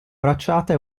bracciata